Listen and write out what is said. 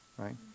Right